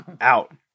out